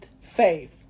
faith